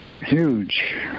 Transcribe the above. Huge